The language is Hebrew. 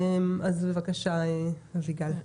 בבקשה, אביגיל.